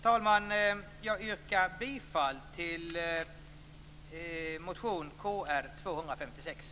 Jag yrkar bifall till min motion